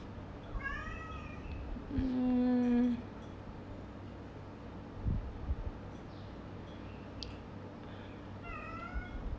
mm